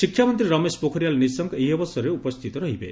ଶିକ୍ଷାମନ୍ତୀ ରମେଶ ପୋଖରିଆଲ୍ ନିଶଙ୍କ ଏହି ଅବସରରେ ଉପସ୍ଥିତ ରହିବେ